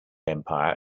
empire